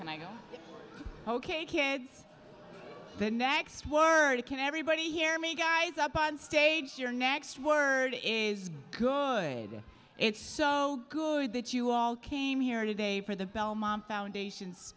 can i go ok kids the next word can everybody hear me guys up on stage your next word is good it's so good that you all came here today for the belmont foundation